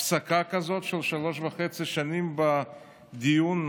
הפסקה כזאת של שלוש שנים וחצי בדיון,